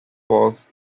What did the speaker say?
was